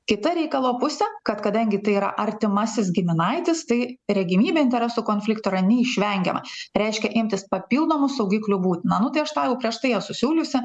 kita reikalo pusė kad kadangi tai yra artimasis giminaitis tai regimybė interesų konflikto yra neišvengiama reiškia imtis papildomų saugiklių būtina nu tai aš tą jau prieš tai esu siūliusi